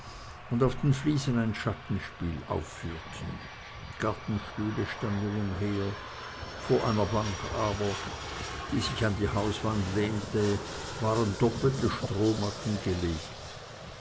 und auf den fliesen ein schattenspiel aufführten gartenstühle standen umher vor einer bank aber die sich an die hauswand lehnte waren doppelte strohmatten gelegt